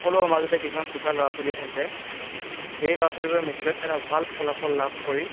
সকলো সমাজতে কিছুমান চোকা ল'ৰা ছোৱালী থাকে সেই ল'ৰা ছোৱালীবোৰে মেট্ৰিকত এটা ভাল ফলাফল লাভ কৰি